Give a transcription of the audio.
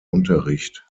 unterricht